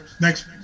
Next